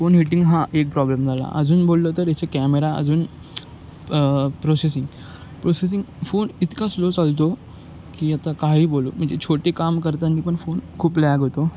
phone heating हा एक problem झाला अजून बोललं तर याचा कॅमेरा अजून प्रोसेसिंग प्रोसेसिंग फोन इतका स्लो चालतो की आता काही बोलू म्हणजे छोटे काम करताांनी पण फोन खूप लॅग होतो